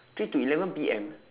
three to eleven P_M